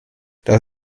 das